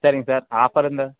சரிங்க sir offer இந்த